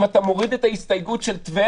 אם אתה מוריד את ההסתייגות של טבריה